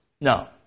No